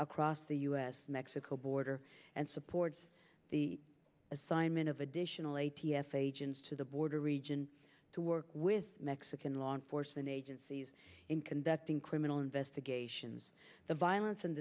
across the us mexico border and supports the assignment of additional a t f agents to the border region to work with mexican law enforcement agencies in conducting criminal investigations the violence